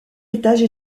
étages